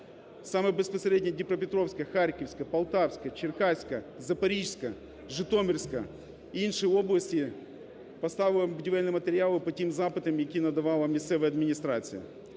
Саме безпосередньо Дніпропетровська, Харківська, Полтавська, Черкаська, Запорізька, Житомирська і інші області поставили будівельні матеріали по тих запитах, які надавала місцева адміністрація.